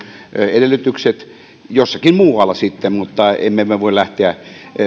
edellytykset jossakin muualla sitten mutta emme me voi lähteä